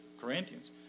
Corinthians